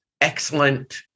excellent